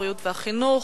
הבריאות והחינוך.